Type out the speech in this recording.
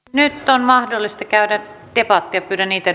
on mahdollista käydä debattia pyydän niitä